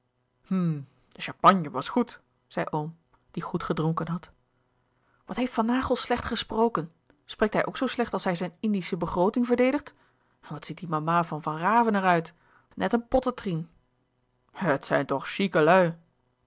de champagne was goed zei oom die goed gedronken had wat heeft van naghel slecht gesproken spreekt hij ook zoo slecht als hij zijn indische begrooting verdedigt en wat ziet die mama van van raven er uit net een pottetrien het zijn toch chique lui